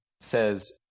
says